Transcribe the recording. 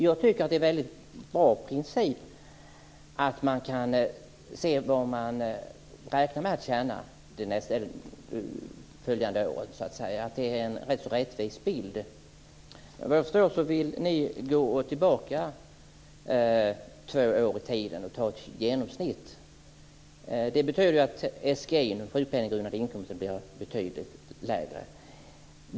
Jag tycker att det är en väldigt bra princip att se vad man räknar med att tjäna följande år. Det ger en rättvis bild. Vad jag förstår vill ni gå tillbaka två år i tiden och ta ett genomsnitt. Det betyder att SGI:n blir betydligt lägre.